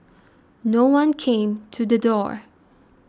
no one came to the door